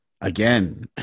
Again